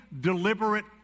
deliberate